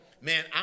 Man